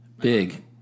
Big